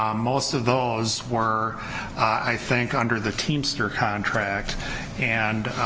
um most of those were i think under the teamster contract and